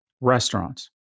restaurants